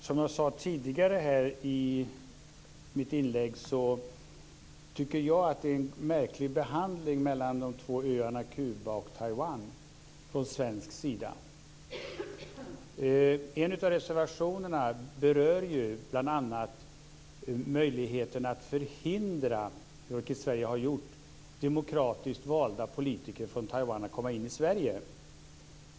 Som jag sade i mitt tidigare inlägg tycker jag att det är en märklig skillnad i Sveriges behandling av de båda öarna Kuba och En av reservationerna berör bl.a. möjligheterna att förhindra - vilket Sverige har gjort - demokratiskt valda politiker från Taiwan att komma in i Sverige.